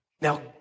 now